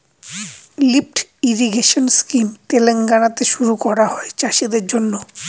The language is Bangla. লিফ্ট ইরিগেশেন স্কিম তেলেঙ্গানাতে শুরু করা হয় চাষীদের জন্য